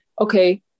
okay